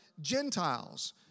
Gentiles